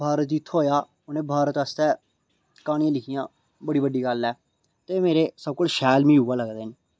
भारत गी थ्होआ उनें भारत आस्तै क्हानियां लिखियां बड़ी बड्डी गल्ल ऐ ते मेरे सब कोला शैल मिगी उ'ऐ लगदे न